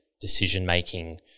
decision-making